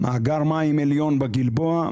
מאגר מים עליון בגלבוע,